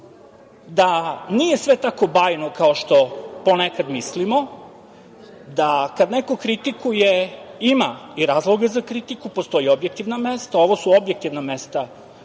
da nije sve tako bajno kao što ponekad mislimo, da kad neko kritikuje ima i razloga za kritiku, postoje objektivna mesta, ovo su objektivna mesta